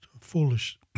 foolish